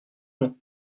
long